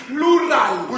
Plural